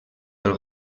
del